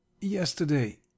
yesterday